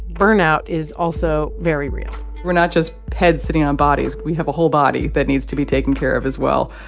burnout is also very real we're not just heads sitting on bodies. we have a whole body that needs to be taken care of as well.